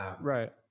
Right